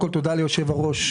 ליושב-הראש,